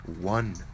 one